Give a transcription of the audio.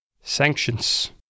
Sanctions